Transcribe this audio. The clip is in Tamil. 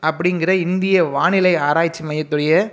அப்படிங்கிற இந்திய வானிலை ஆராய்ச்சி மையத்துனுடைய